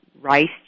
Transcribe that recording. rice